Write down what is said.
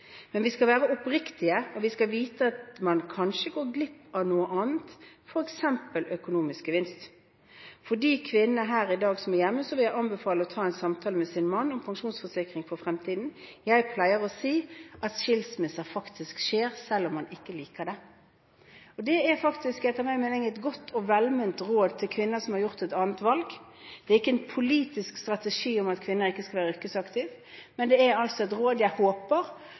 Men vi skal være oppriktige, og vi skal vite at det betyr at man kanskje går glipp av noe annet, for eksempel økonomisk gevinst. For de kvinnene her i dag som er hjemme, vil jeg anbefale å ta en samtale om sin mann om pensjonsforsikring for fremtiden. Jeg pleier å si at skilsmisser skjer selv om vi ikke liker det Det er faktisk et godt og velment råd til kvinner som har gjort et annet valg. Det er ikke en politisk strategi om at kvinner ikke skal være yrkesaktive, men det er et råd jeg håper